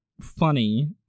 funny